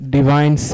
Divine